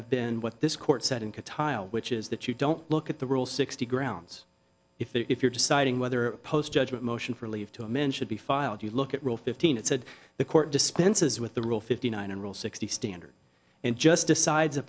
have been what this court said and could tile which is that you don't look at the rule sixty grounds if you're deciding whether post judgment motion for leave to amend should be filed you look at rule fifteen it said the court dispenses with the rule fifty nine and rule sixty standard and just decides